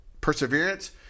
Perseverance